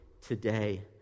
today